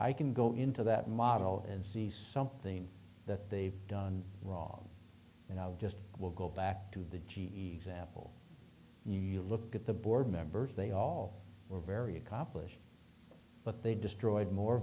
i can go into that model and see something that they've done wrong you know just will go back to the g e example you look at the board members they all are very accomplished but they destroyed more